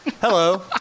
Hello